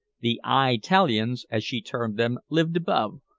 the eye-talians, as she termed them, lived above,